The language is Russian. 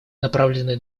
направленные